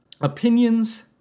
opinions